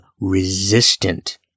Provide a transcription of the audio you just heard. resistant